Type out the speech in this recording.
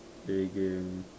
play game